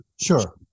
Sure